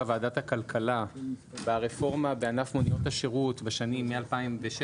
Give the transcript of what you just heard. ועדת הכלכלה ברפורמה בענף מוניות השירות בשנים מ-2016,